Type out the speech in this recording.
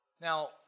Now